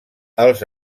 els